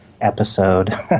episode